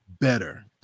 better